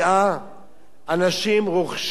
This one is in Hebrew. אנשים רוכשים, כחיסכון,